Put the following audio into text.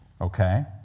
Okay